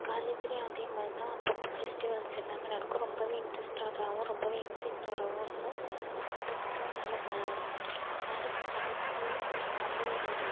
காலேஜிலேயும் அதே மாதிரி தான் அப்போப்ப ஃபெஸ்டிவல்ஸ் எல்லாம் நடக்கும் ரொம்பவே இன்ட்ரஸ்ட்டடாகவும் ரொம்பவே எக்ஸைட்டடாகவும் இருக்கும் அதுக்கப்புறம் நல்ல நல்ல படித்து ஒரு நல்ல ஒரு